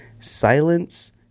Silence